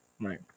right